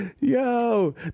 Yo